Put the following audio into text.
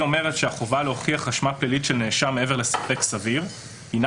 אומרת ש"החובה להוכיח אשמה פלילית של נאשם מעבר לספק סביר הינה